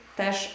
też